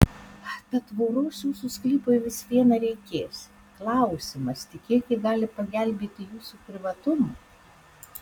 tad tvoros jūsų sklypui vis viena reikės klausimas tik kiek ji gali pagelbėti jūsų privatumui